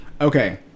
Okay